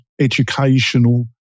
educational